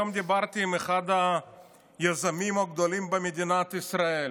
היום דיברתי עם אחד היזמים הגדולים במדינת ישראל,